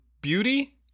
Beauty